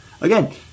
Again